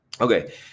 Okay